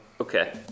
Okay